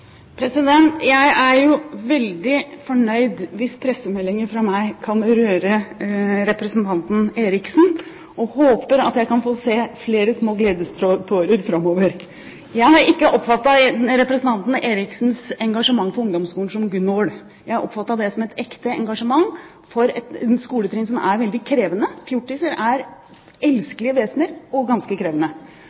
Jeg er jo veldig fornøyd hvis pressemeldingen fra meg kan røre representanten Eriksen, og jeg håper at jeg kan få se flere små gledestårer framover. Jeg har ikke oppfattet representanten Eriksens engasjement for ungdomsskolen som gnål. Jeg har oppfattet det som et ekte engasjement for et skoletrinn som er veldig krevende. Fjortiser er elskelige vesener – og ganske krevende